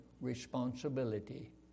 responsibility